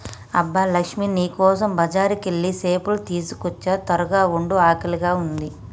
అబ్బ లక్ష్మీ నీ కోసం బజారుకెళ్ళి సేపలు తీసుకోచ్చా త్వరగ వండు ఆకలిగా ఉంది